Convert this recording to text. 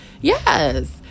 yes